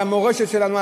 על המורשת שלנו,